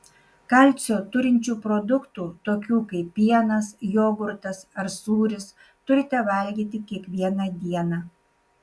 kalcio turinčių produktų tokių kaip pienas jogurtas ar sūris turite valgyti kiekvieną dieną